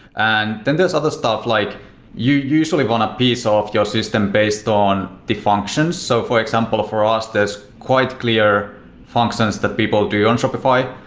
and then there's other stuff, like you usually want to piece off your system based on the functions. so for example, for us, there's quite clear functions that people do on shopify.